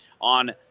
on